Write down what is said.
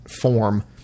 form